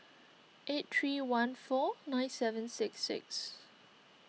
eight three one four nine seven six six